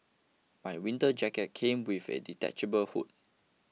my winter jacket came with a detachable hood